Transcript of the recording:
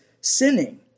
sinning